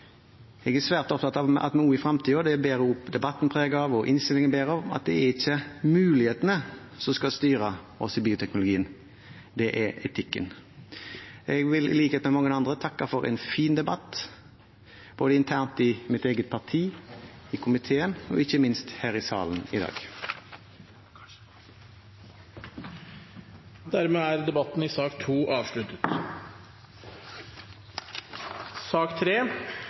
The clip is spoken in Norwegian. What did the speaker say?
Jeg er svært opptatt av at det også i framtiden – og det bærer også debatten og innstillingen preg av – ikke er mulighetene som skal styre oss i bioteknologien, men etikken. Jeg vil i likhet med mange andre takke for en fin debatt, både internt i mitt eget parti, i komiteen og ikke minst her i salen i dag. Flere har ikke bedt om ordet til sak